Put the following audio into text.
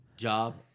job